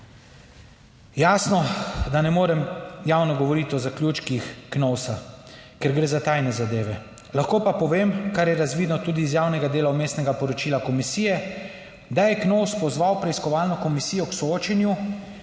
Jasno, da ne morem javno govoriti o zaključkih KNOVS, ker gre za tajne zadeve. Lahko pa povem, kar je razvidno tudi iz javnega dela vmesnega poročila komisije, da je KNOVS pozval preiskovalno komisijo k soočenju